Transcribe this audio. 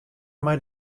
mei